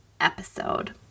episode